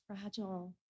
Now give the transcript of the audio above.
fragile